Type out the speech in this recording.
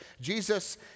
Jesus